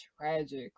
tragic